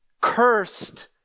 cursed